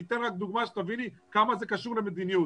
אני אתן רק דוגמה שתביני כמה זה קשור למדיניות.